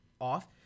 off